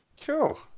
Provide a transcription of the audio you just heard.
cool